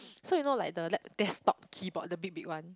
so you know like the lap~ desktop keyboard the big big one